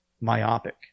myopic